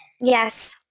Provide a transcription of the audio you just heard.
Yes